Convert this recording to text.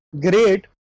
great